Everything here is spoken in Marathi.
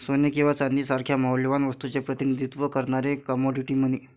सोने किंवा चांदी सारख्या मौल्यवान वस्तूचे प्रतिनिधित्व करणारे कमोडिटी मनी